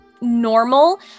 normal